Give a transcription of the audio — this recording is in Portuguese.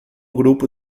grupo